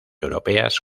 europeas